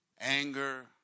anger